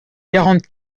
quarante